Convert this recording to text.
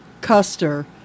Custer